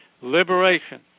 Liberation